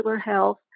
health